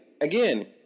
again